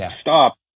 Stop